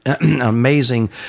amazing